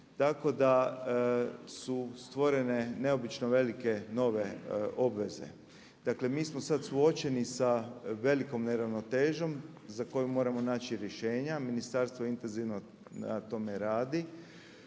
Tako da su stvorene neobično velike nove obveze. Dakle mi smo sada suočeni sa velikom neravnotežom za koju moramo naći rješenja. Ministarstvo intenzivno na tome radi.